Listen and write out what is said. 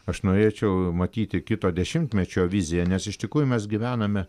aš norėčiau matyti kito dešimtmečio viziją nes iš tikrųjų mes gyvename